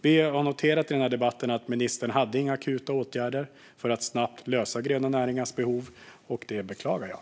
Vi har noterat i den här debatten att ministern inte hade några akuta åtgärder för att snabbt lösa de gröna näringarnas behov, och det beklagar jag.